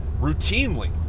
routinely